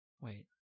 Wait